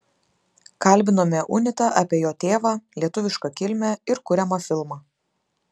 kalbinome unitą apie jo tėvą lietuvišką kilmę ir kuriamą filmą